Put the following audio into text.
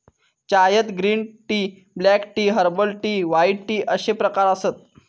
चायत green tea, black tea, herbal tea, white tea अश्ये प्रकार आसत